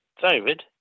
David